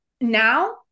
Now